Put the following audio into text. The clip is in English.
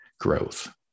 growth